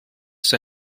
ist